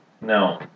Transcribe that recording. No